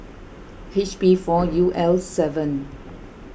H B four U L seven